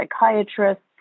psychiatrists